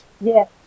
Yes